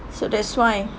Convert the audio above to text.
so that's why